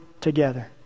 together